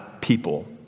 people